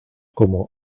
como